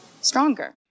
stronger